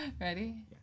Ready